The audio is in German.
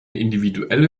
individuelle